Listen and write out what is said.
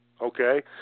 Okay